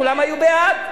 כולם היו בעד.